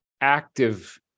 active